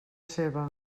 seva